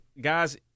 guys